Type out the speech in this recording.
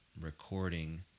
recording